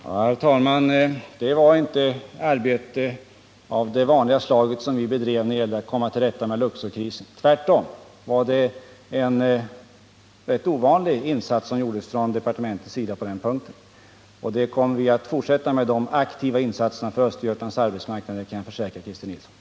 Herr talman! Det var inte arbete av det vanliga slaget vi bedrev när det gällde att komma till rätta med Luxorkrisen. Tvärtom var det en rätt ovanlig insats som gjordes från departementets sida. De aktiva insatserna för Östergötlands arbetsmarknad kommer vi att fortsätta med, det kan jag försäkra Christer Nilsson.